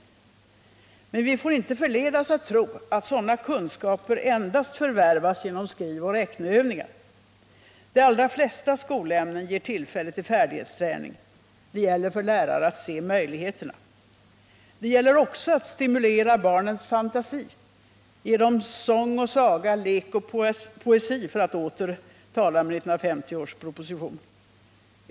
Men vi får inte förledas att tro att sådana kunskaper endast förvärvas genom skrivoch räkneövningar. De allra flesta skolämnen ger tillfälle till färdighetsträning. Det gäller för lärare att se möjligheterna. Det gäller också att stimulera barnens fantasi, ge dem ”sång och saga, lek och poesi” — för att återknyta till 1950 års proposition.